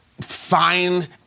fine